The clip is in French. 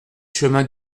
chemin